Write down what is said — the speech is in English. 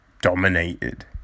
Dominated